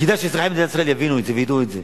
וכדאי שאזרחי מדינת ישראל יבינו את זה וידעו את זה.